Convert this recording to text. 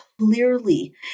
clearly